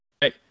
Hey